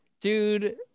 dude